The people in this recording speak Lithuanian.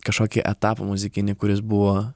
kažkokį etapą muzikinį kuris buvo